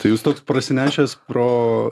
tai jūs toks parsinešęs pro